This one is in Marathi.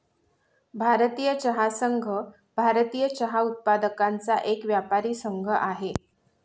भारतीय चहा संघ, भारतीय चहा उत्पादकांचा एक व्यापारी संघ आहे